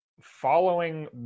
following